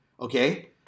okay